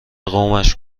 قومش